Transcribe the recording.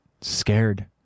scared